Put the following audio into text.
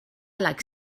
like